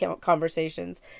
conversations